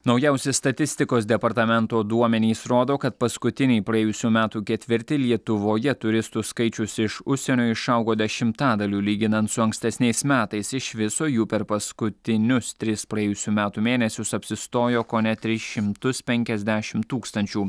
naujausi statistikos departamento duomenys rodo kad paskutinį praėjusių metų ketvirtį lietuvoje turistų skaičius iš užsienio išaugo dešimtadaliu lyginant su ankstesniais metais iš viso jų per paskutinius tris praėjusių metų mėnesius apsistojo kone tris šimtus penkiasdešimt tūkstančių